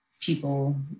people